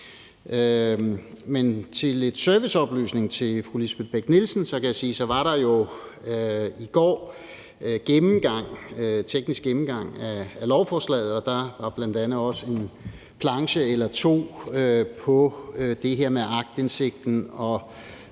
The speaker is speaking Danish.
som en serviceoplysning til fru Lisbeth Bech-Nielsen kan jeg sige, at der jo i går var en teknisk gennemgang af lovforslaget, og der var bl.a. også en planche eller to over det her med aktindsigten,